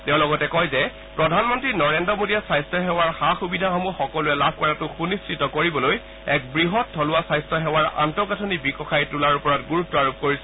তেওঁ লগতে কয় যে প্ৰধানমন্ত্ৰী নৰেল্ৰ মোদীয়ে স্বাস্য সেৱাৰ সা সুবিধাসমূহ সকলোৱে লাভ কৰাটো সুনিশ্চিত কৰিবলৈ এক বৃহৎ থলুৱা স্বাস্থ্য সেৱাৰ আন্তঃগাঠনি বিকশাই তোলাৰ ওপৰত গুৰুত্ব আৰোপ কৰিছে